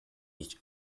each